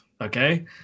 okay